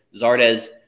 Zardes